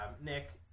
Nick